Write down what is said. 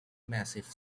massive